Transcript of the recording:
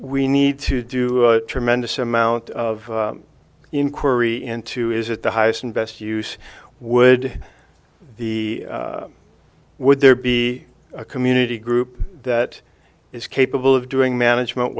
we need to do a tremendous amount of inquiry into is it the highest and best use would the would there be a community group that is capable of doing management